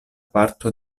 parto